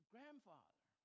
Grandfather